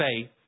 faith